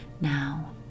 now